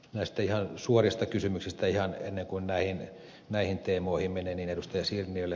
näistä ihan suorista kysymyksistä ennen kuin näihin teemoihin menen ed